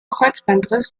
kreuzbandriss